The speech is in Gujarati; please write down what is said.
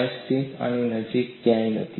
માઈલ્ડ સ્ટીલ આની નજીક ક્યાંય નથી